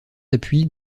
appui